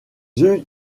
yeux